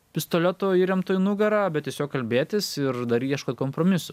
pistoleto įremto į nugarą bet tiesiog kalbėtis ir dar ieško ir kompromisų